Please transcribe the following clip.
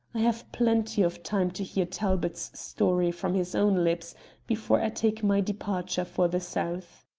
i have plenty of time to hear talbot's story from his own lips before i take my departure for the south.